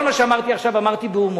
כל מה שאמרתי עכשיו, אמרתי בהומור.